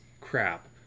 crap